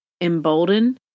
embolden